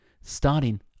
starting